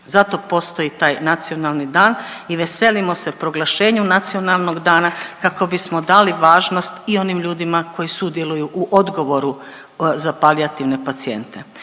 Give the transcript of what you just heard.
zato postoji taj nacionalni dan i veselimo se proglašenju nacionalnog dana kako bismo dali važnost i onim ljudima koji sudjeluju u odgovoru za palijativne pacijente.